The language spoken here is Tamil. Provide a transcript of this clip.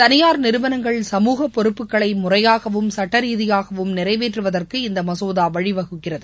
தனியார் நிறுவனங்கள் சமூக பொறுப்புக்களை முறையாகவும் சட்ட ரீதியாகவும் நிறைவேற்றுவதற்கு இந்த மசோதா வழிவகுக்கிறது